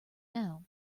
now